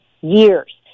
years